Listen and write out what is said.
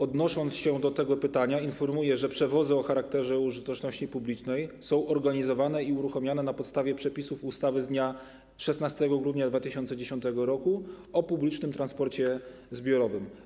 Odnosząc się do tego pytania, informuję, że przewozy o charakterze użyteczności publicznej są organizowane i uruchamiane na podstawie przepisów ustawy z dnia 16 grudnia 2010 r. o publicznym transporcie zbiorowym.